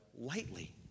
lightly